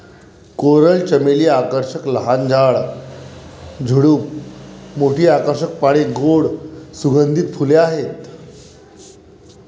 coral चमेली आकर्षक लहान झाड, झुडूप, मोठी आकर्षक पाने, गोड सुगंधित फुले आहेत